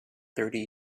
thirty